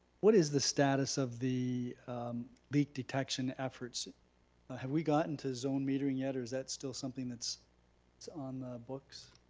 what is the status of the leak detection efforts? have we gotten to zone metering yet or is that still something that's on the books?